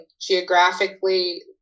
geographically